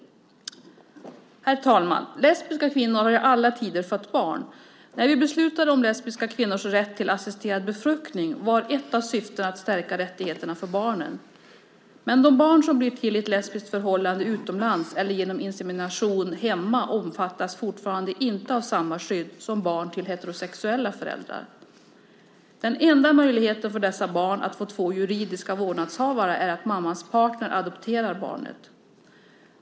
Herr talman! Lesbiska kvinnor har i alla tider fött barn. När vi beslutade om lesbiska kvinnors rätt till assisterad befruktning var ett av syftena att stärka rättigheterna för barnen. Men de barn som blir till i ett lesbiskt förhållande utomlands eller genom insemination hemma omfattas fortfarande inte av samma skydd som barn till heterosexuella föräldrar. Den enda möjligheten för dessa barn att få två juridiska vårdnadshavare är att mammans partner adopterar barnet.